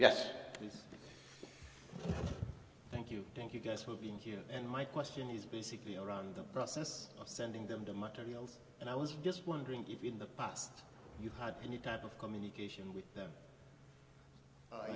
yes thank you thank you guys with being here and my question is basically around the process of sending them to much and i was just wondering if you in the past you had any type of communication with them i